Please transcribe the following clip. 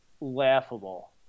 laughable